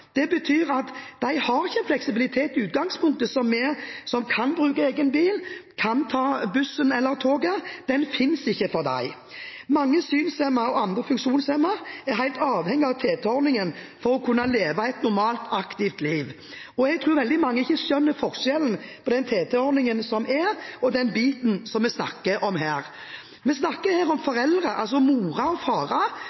ta bussen eller toget. Den finnes ikke for dem. Mange synshemmede og andre funksjonshemmede er helt avhengig av TT-ordningen for å kunne leve et normalt aktivt liv. Jeg tror veldig mange ikke skjønner forskjellen på den TT-ordningen som er, og den biten som vi snakker om her. Vi snakker her om